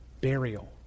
burial